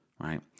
right